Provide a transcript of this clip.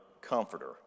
comforter